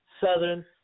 Southern